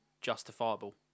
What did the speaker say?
justifiable